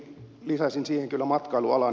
lisäisin siihen kyllä matkailualan